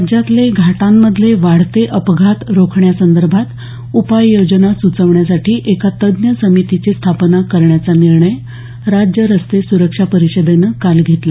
राज्यातले घाटांमधले वाढते अपघात रोखण्यासंदर्भात उपाययोजना सुचवण्यासाठी एका तज्ञ समितीची स्थापना करण्याचा निर्णय राज्य रस्ते सुरक्षा परिषदेनं काल घेतला